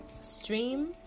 Stream